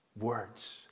words